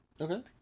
Okay